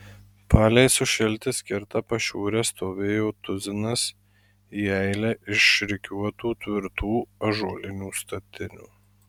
palei sušilti skirtą pašiūrę stovėjo tuzinas į eilę išrikiuotų tvirtų ąžuolinių statinių